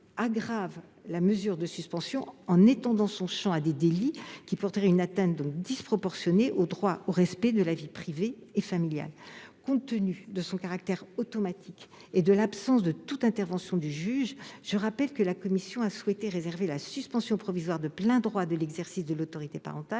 la mesure de suspension en étendant son champ à des délits, ce qui porterait une atteinte disproportionnée au droit au respect de la vie privée et familiale. Compte tenu de son caractère automatique et de l'absence de toute intervention du juge, la commission a souhaité réserver la suspension provisoire de plein droit de l'exercice de l'autorité parentale